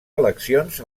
eleccions